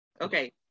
Okay